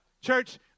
Church